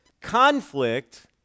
conflict